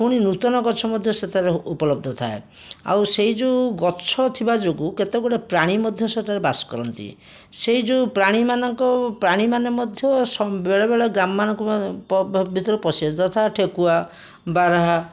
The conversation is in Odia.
ପୁଣି ନୂତନ ଗଛ ମଧ୍ୟ ସେଥିରେ ଉପଲବ୍ଧ ଥାଏ ଆଉ ସେଇ ଯେଉଁ ଗଛ ଥିବା ଯୋଗୁଁ କେତେଗୁଡ଼ିଏ ପ୍ରାଣୀ ମଧ୍ୟ ସେଠାରେ ବାସ କରନ୍ତି ସେଇ ଯେଉଁ ପ୍ରାଣୀମାନଙ୍କୁ ପ୍ରାଣୀମାନେ ମଧ୍ୟ ବେଳେବେଳେ ଗ୍ରାମ ମାନଙ୍କୁ ଭିତରେ ପଶି ଯଥା ଠେକୁଆ ବାରାହା